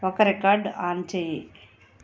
ఒక record on చెయ్